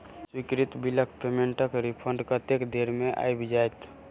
अस्वीकृत बिलक पेमेन्टक रिफन्ड कतेक देर मे आबि जाइत?